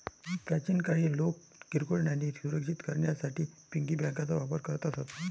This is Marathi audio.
प्राचीन काळी लोक किरकोळ नाणी सुरक्षित करण्यासाठी पिगी बँकांचा वापर करत असत